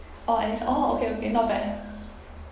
orh as orh okay okay not bad